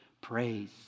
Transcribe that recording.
Praise